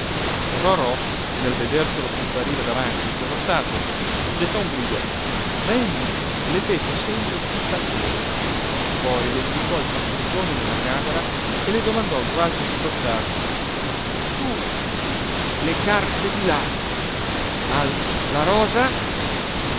rorò nel vederselo comparire davanti in quello stato gettò un grido ma egli le fece segno di tacere poi le indicò il cassettone nella camera e le domandò quasi strozzato tu le carte di là al la rosa